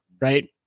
right